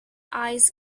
eyes